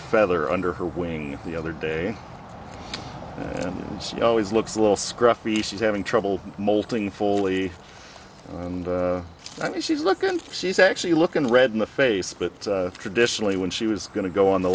feather under her wing the other day and she always looks a little scruffy she's having trouble molting fully and i think she's lookin she's actually looking red in the face but traditionally when she was going to go on the